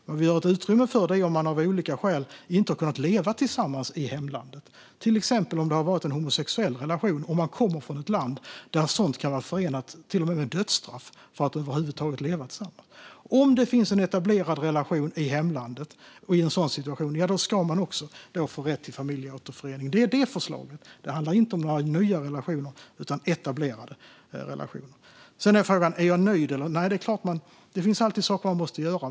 Men vi har ett utrymme för detta om man av olika skäl inte har kunnat leva tillsammans i hemlandet, till exempel om det har varit en homosexuell relation och man kommer från ett land där det till och med kan vara förenat med dödsstraff att över huvud taget leva tillsammans. Om det finns en etablerad relation i hemlandet i en sådan situation ska man få rätt till familjeåterförening. Det är detta förslaget handlar om. Det handlar inte om några nya relationer, utan om etablerade relationer. Sedan är frågan om jag är nöjd. Nej, det finns alltid saker man måste göra.